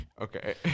Okay